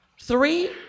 Three